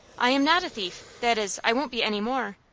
i am not a thief! that is, i won't be any more.